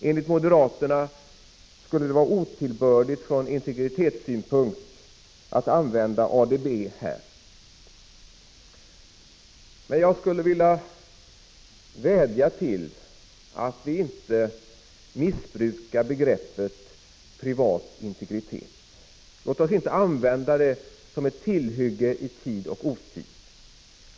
Enligt moderaterna skulle det vara otillbörligt från integritetssynpunkt att använda ADB här. Men jag skulle vilja vädja att man inte missbrukar begreppet privat integritet. Låt oss inte använda detta begrepp som ett tillhygge i tid och otid.